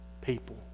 people